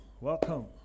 welcome